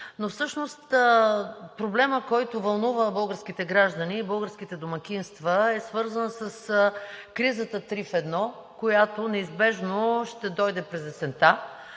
но всъщност проблемът, който вълнува българските граждани и българските домакинства, е свързан с кризата три в едно, която неизбежно ще дойде през есента.